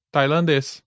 Tailandês